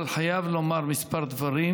אבל אני חייב לומר כמה דברים,